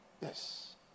Yes